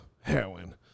heroin